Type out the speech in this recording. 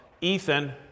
Ethan